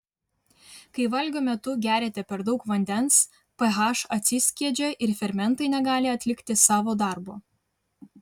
kai valgio metu geriate per daug vandens ph atsiskiedžia ir fermentai negali atlikti savo darbo